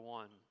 one